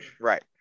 right